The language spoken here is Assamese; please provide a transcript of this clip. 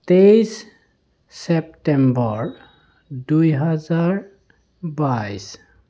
তেইছ ছেপ্টেম্বৰ দুই হাজাৰ বাইছ